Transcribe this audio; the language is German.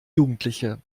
jugendliche